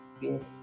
yes